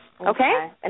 Okay